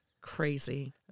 crazy